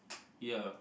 ya